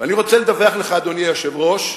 ואני רוצה לדווח לך, אדוני היושב-ראש,